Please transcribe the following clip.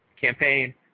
campaign